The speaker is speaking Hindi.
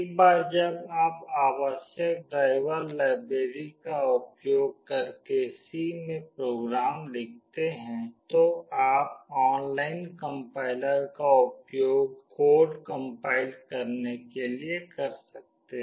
एक बार जब आप आवश्यक ड्राइवर लाइब्रेरी का उपयोग करके C में प्रोग्राम लिखते हैं तो आप ऑनलाइन कंपाइलर का उपयोग कोड कम्पाइल करने के लिए कर सकते हैं